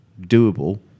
doable